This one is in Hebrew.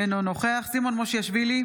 אינו נוכח סימון מושיאשוילי,